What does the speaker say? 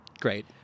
great